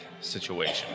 situation